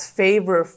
favor